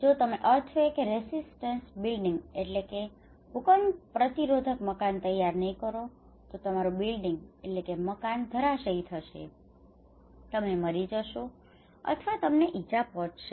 જો તમે earthquake resistant building earthquake resistant building ભૂકંપ પ્રતિરોધક મકાન તૈયાર નહીં કરો તો તમારું બિલ્ડિંગ building મકાન ધરાશાયી થઈ જશે તમે મરી જશો અથવા તમને ઈજા પહોંચશે